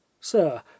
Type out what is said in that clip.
sir